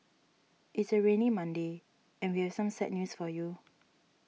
it's a rainy Monday and we'll some sad news for you